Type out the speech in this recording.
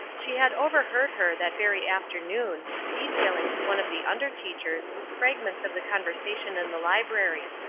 she had overheard her, that very afternoon, detailing to one of the under teachers, fragments of the conversation in the library.